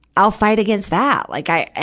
i'll fight against that. like i,